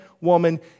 woman